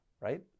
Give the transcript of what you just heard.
right